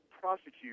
prosecute